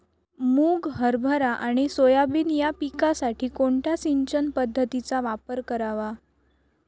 मुग, हरभरा आणि सोयाबीन या पिकासाठी कोणत्या सिंचन पद्धतीचा वापर करावा?